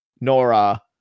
Nora